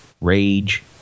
Rage